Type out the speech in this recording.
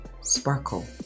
sparkle